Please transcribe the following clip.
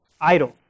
Idle